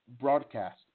broadcast